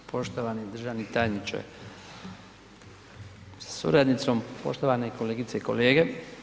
Poštovani državni tajniče sa suradnicom, poštovane kolegice i kolege.